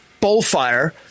Bullfire